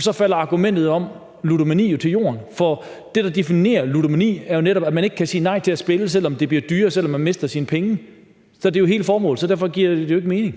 så falder argumentet om ludomani jo til jorden, for det, der definerer ludomani, er netop, at man ikke kan sige nej til at spille, selv om det bliver dyrere, og selv om man mister sine penge. Hvis det er hele formålet, giver det jo ikke mening.